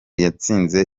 yatsinze